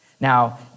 Now